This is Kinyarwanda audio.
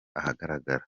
ahagaragara